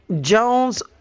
Jones